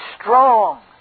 strong